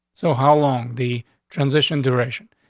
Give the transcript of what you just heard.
so how long the transition duration?